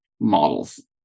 models